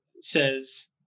says